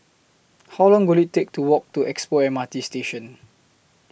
How Long Will IT Take to Walk to Expo M R T Station